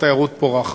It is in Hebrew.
התיירות פורחת.